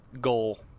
goal